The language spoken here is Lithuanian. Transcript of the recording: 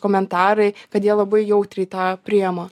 komentarai kad jie labai jautriai tą priema